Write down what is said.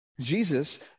Jesus